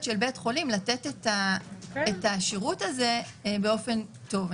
של בית חולים לתת את השירות הזה באופן טוב.